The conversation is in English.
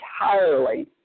entirely